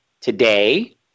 today